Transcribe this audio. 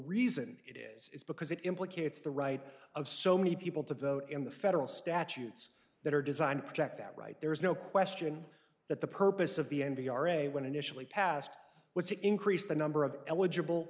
is is because it implicates the right of so many people to vote in the federal statutes that are designed to protect that right there is no question that the purpose of the n p r a when initially passed was to increase the number of eligible